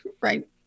right